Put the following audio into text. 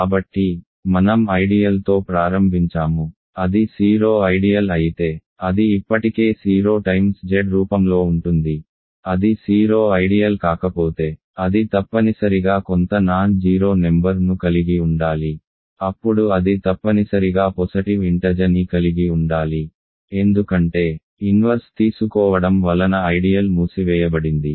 కాబట్టి మనం ఐడియల్ తో ప్రారంభించాము అది 0 ఐడియల్ అయితే అది ఇప్పటికే 0 రెట్లు Z రూపంలో ఉంటుంది అది 0 ఐడియల్ కాకపోతే అది తప్పనిసరిగా కొంత సున్నా కానీ సంఖ్య నాన్ జీరో నెంబర్ ను కలిగి ఉండాలి అప్పుడు అది తప్పనిసరిగా సానుకూల పూర్ణాంకాన్ని కలిగి ఉండాలి ఎందుకంటే ఇన్వర్స్ తీసుకోవడం వలన ఐడియల్ మూసివేయబడింది